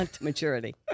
maturity